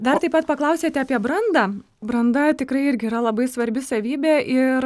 dar taip pat paklausėte apie brandą branda tikrai irgi yra labai svarbi savybė ir